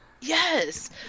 Yes